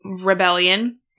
rebellion